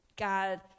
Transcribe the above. God